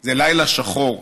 זה לילה שחור,